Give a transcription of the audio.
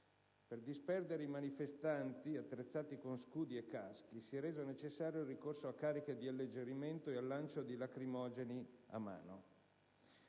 Per disperdere i manifestanti, attrezzati con scudi e caschi, si è reso necessario il ricorso a cariche di alleggerimento ed al lancio di lacrimogeni a mano.